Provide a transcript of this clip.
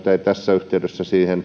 tässä yhteydessä siihen